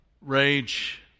rage